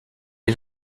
est